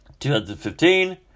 2015